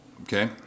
Okay